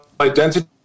identity